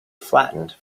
flattened